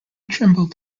trembled